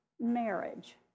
marriage